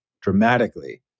dramatically